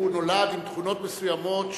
הוא נולד עם תכונות מסוימות,